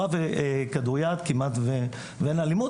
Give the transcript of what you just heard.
בכדור יד כמעט ואין אלימות,